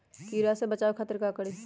कीरा से बचाओ खातिर का करी?